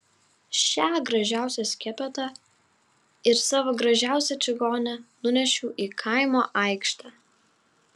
šią gražiausią skepetą ir savo gražiausią čigonę nunešiau į kaimo aikštę